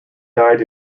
died